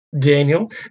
Daniel